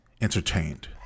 entertained